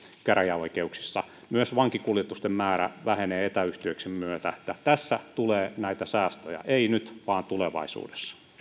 käräjäoikeuksissa myös vankikuljetusten määrä vähenee etäyhteyksien myötä tässä tulee näitä säästöjä ei nyt vaan tulevaisuudessa